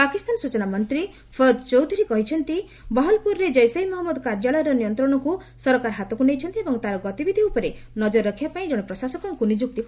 ପାକିସ୍ତାନ ସ୍ଟଚନା ମନ୍ତ୍ରୀ ଫୱାଦ୍ ଚୌଧୁରୀ କହିଛନ୍ତି ବାହାୱାଲ୍ପୁରରେ ଜୈସେ ମହମ୍ମଦ କାର୍ଯ୍ୟାଳୟର ନିୟନ୍ତ୍ରଣକୁ ସରକାର ହାତକୁ ନେଇଛନ୍ତି ଏବଂ ତା'ର ଗତିବିଧି ଉପରେ ନଜର ରଖିବାପାଇଁ ଜଣେ ପ୍ରଶାସକଙ୍କୁ ନିଯୁକ୍ତ କରାଯାଇଛି